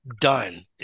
done